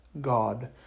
God